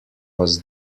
was